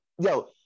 yo